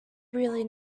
really